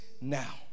now